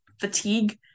fatigue